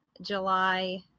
July